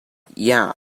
yeah